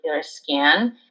scan